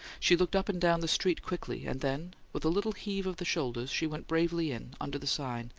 she looked up and down the street quickly, and then, with a little heave of the shoulders, she went bravely in, under the sign,